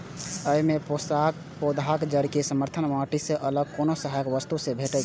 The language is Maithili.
अय मे पौधाक जड़ कें समर्थन माटि सं अलग कोनो सहायक वस्तु सं भेटै छै